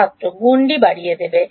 ছাত্র সীমানা বাড়িয়ে দেবে